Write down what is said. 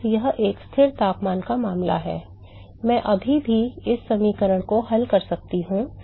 अब यह एक स्थिर तापमान का मामला है मैं अभी भी इस समीकरण को हल कर सकता हूं